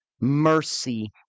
mercy